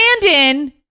Brandon